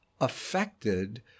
affected